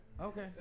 Okay